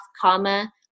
comma